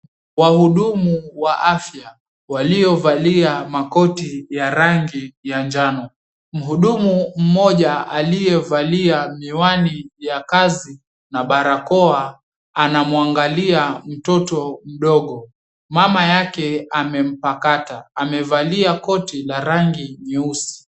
Wahudumu wa afya, waliovalia makoti ya rangi ya njano. mhudumu mmoja aliyevalia miwani ya kazi na barakoa anamuangalia mtoto mdogo. Mama yake amempakata, amevalia koti la rangi nyeusi.